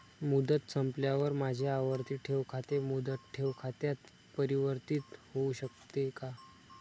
मुदत संपल्यावर माझे आवर्ती ठेव खाते मुदत ठेव खात्यात परिवर्तीत होऊ शकते का?